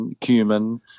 cumin